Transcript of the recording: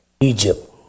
Egypt